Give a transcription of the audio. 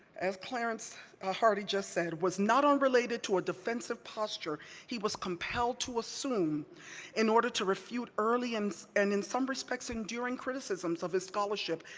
as clarence ah hardy just said, was not unrelated to a defensive posture he was compelled to assume in order to refute early and and in some respects, enduring criticisms of his scholarship,